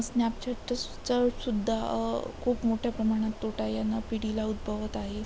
स्न्यॅपचॅटचासु चा सुद्धा खूप मोठ्या प्रमाणात तोटा यांना पिढीला उद्भवत आहे